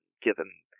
given